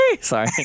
Sorry